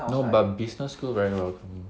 no but business school very welcoming